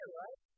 right